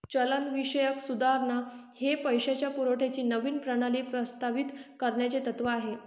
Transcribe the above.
चलनविषयक सुधारणा हे पैशाच्या पुरवठ्याची नवीन प्रणाली प्रस्तावित करण्याचे तत्त्व आहे